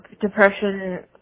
depression